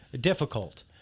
difficult